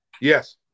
Yes